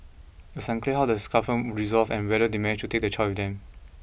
it was unclear how the scuffle resolved and whether they managed to take the child with them